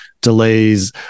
delays